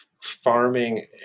farming